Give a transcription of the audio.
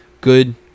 good